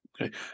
Okay